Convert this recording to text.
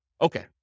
Okay